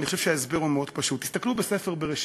ואני חושב שההסבר הוא מאוד פשוט: תסתכלו בספר בראשית.